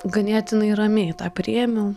ganėtinai ramiai tą priėmiau